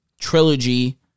trilogy